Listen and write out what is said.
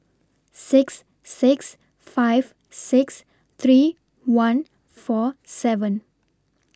six six five six three one four seven